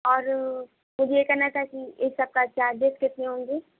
اور یہ کرنا تھا کہ ان سب کا چارجز کتنے ہوں گی